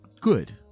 good